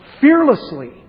fearlessly